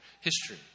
history